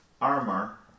armor